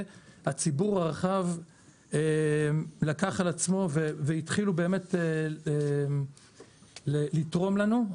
והציבור הרחב לקח על עצמו והתחילו באמת לתרום לנו.